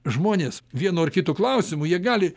žmonės vienu ar kitu klausimu jie gali